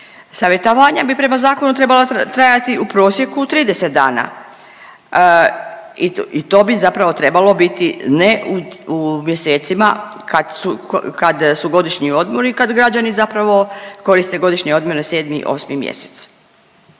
Savjetovanja bi prema zakonu trebala trajati u prosjeku 30 dana i to bi zapravo trebalo biti ne u mjesecima kad su, kad su godišnji odmori, kad građani zapravo koriste godišnje odmore 7. i 8. mjesec.